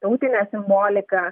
tautine simbolika